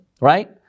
right